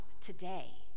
today